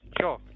Sure